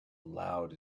loud